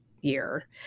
year